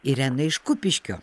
irena iš kupiškio